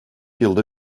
yıldır